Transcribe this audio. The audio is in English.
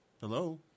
Hello